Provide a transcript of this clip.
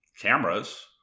cameras